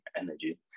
energy